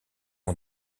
ont